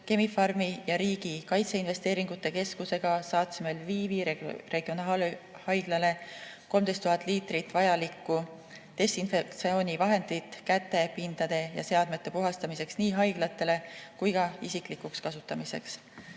Chemi-Pharmi ja Riigi Kaitseinvesteeringute Keskusega saatsime Lvivi regionaalhaiglale 13 000 liitrit vajalikku desinfektsioonivahendit käte, pindade ja seadmete puhastamiseks nii haiglatele kui ka isiklikuks kasutamiseks.